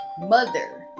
mother